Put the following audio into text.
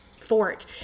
fort